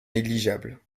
négligeable